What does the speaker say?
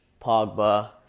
Pogba